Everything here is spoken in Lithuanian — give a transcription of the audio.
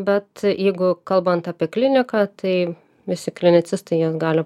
bet jeigu kalbant apie kliniką tai visi klinicistai jie gali